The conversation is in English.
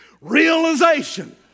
realization